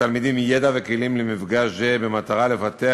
לתלמידים ידע וכלים למפגש זה במטרה לפתח